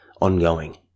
ongoing